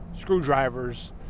screwdrivers